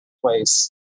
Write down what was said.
place